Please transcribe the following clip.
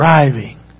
driving